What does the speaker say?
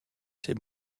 ses